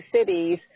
cities